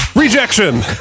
rejection